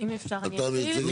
אתה מייצג?